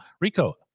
Rico